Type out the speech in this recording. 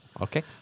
Okay